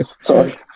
Sorry